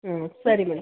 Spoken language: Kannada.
ಹ್ಞೂ ಸರಿ ಮೇಡಮ್